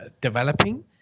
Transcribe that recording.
developing